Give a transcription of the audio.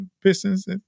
Pistons